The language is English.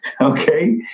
okay